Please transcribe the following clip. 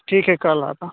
ठीक है कल आता